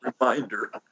reminder